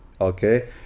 Okay